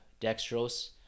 dextrose